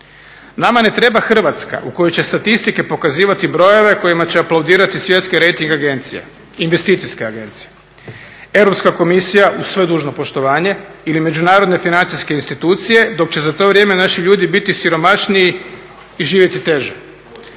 Nama ne treba Hrvatska u kojoj će statistike pokazivati brojeve kojima će aplaudirati svjetske rejting agencije, investicijske agencije. Europska komisija, uz sve dužno poštovanje, ili međunarodne financijske institucije dok će za to vrijeme naši ljudi biti siromašniji i živjeti teže.